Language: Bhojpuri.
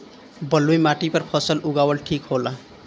बलुई माटी पर फसल उगावल ठीक होला?